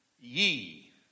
Ye